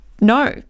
No